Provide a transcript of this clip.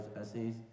essays